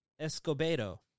Escobedo